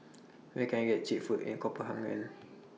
Where Can I get Cheap Food in Copenhagen